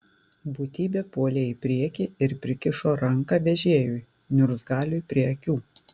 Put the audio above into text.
būtybė puolė į priekį ir prikišo ranką vežėjui niurzgaliui prie akių